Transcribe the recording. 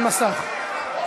אין מסך.